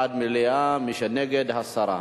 בעד מליאה, מי שנגד, הסרה.